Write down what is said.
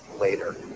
later